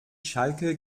schalke